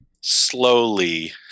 slowly